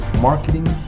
marketing